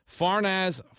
Farnaz